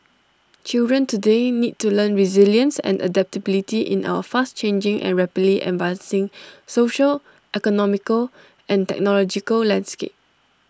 children today need to learn resilience and adaptability in our fast changing and rapidly advancing social economical and technological landscape